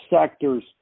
sectors